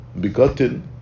begotten